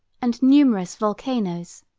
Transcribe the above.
and numerous volcanoes,